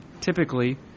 typically –